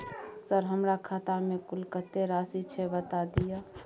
Sir हमरा खाता में कुल कत्ते राशि छै बता दिय?